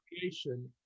creation